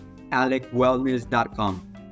alecwellness.com